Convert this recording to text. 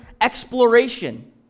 exploration